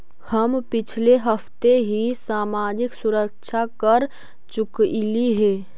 हम पिछले हफ्ते ही सामाजिक सुरक्षा कर चुकइली हे